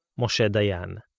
moshe dayan.